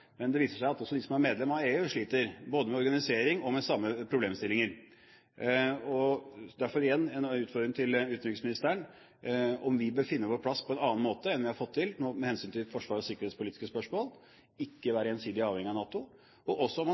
Men det viser seg at også de som er medlem av EU, sliter, både med organisering og med samme problemstillinger. Derfor igjen en oppfordring til utenriksministeren om vi ikke bør finne vår plass på en annen måte enn hittil med hensyn til forsvars- og sikkerhetspolitiske spørsmål, f.eks. ikke være ensidig avhengige av NATO, og også